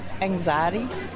anxiety